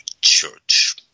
church